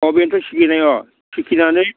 अह बेनोथ' सिगिनाय थिखिनानै